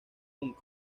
punk